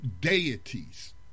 deities